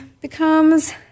becomes